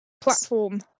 platform